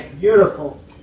beautiful